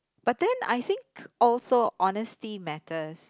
but then I think also honestly matters